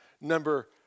number